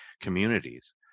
communities